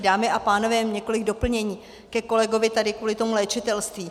Dámy a pánové, několik doplnění ke kolegovi tady kvůli tomu léčitelství.